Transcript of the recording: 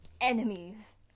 enemies